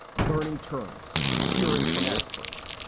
learning terms, hearing from experts.